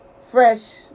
fresh